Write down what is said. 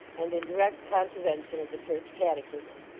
and in direct contravention of the church catechism.